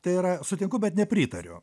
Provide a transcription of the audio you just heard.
tai yra sutinku bet nepritariu